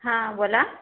हा बोला